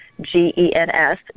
G-E-N-S